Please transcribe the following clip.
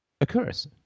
occurs